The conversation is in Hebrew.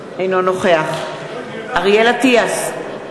אינו נוכח אריאל אטיאס,